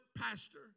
pastor